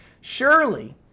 Surely